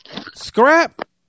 Scrap